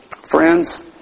Friends